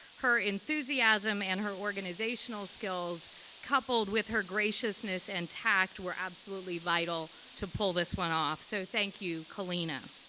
her enthusiasm and her organizational skills coupled with her graciousness and tact were absolutely vital to pull this one off. so thank you, colina.